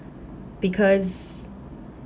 because